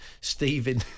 Stephen